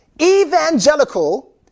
evangelical